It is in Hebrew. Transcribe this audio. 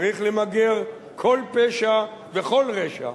צריך למגר כל פשע וכל רשע,